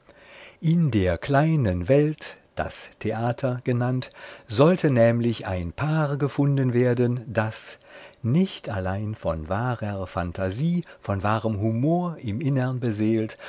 in der kleinen welt das theater genannt sollte nämlich ein paar gefunden werden das nicht allein von wahrer phantasie von wahrem humor im innern beseelt